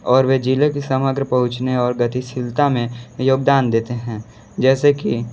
और वे ज़िले के समग्र पहुंचने और गतिशीलता में योगदान देते हैं जैसे कि